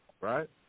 right